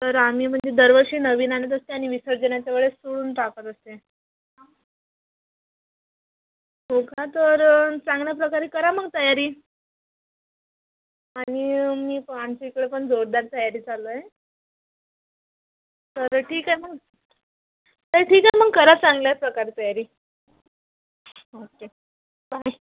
तर आम्ही म्हणजे दर वर्षी नवीन आणत असते आणि विसर्जनाच्या वेळेस सोडून टाकत असते हो का तर चांगल्या प्रकारे करा मग तयारी आणि मी आमच्या इकडे पण जोरदार तयारी चालू आहे तर ठीक आहे मग तर ठीक आहे मग करा चांगल्या प्रकारे तयारी ओ के बाय